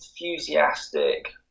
enthusiastic